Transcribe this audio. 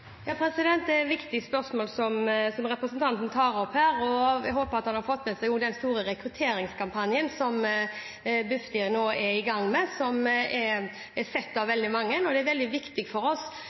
Det er viktige spørsmål representanten tar opp. Jeg håper han har fått med seg den store rekrutteringskampanjen som Bufdir nå er i gang med, og som er sett av veldig mange. Det er veldig viktig for oss